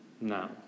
now